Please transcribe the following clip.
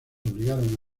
obligaron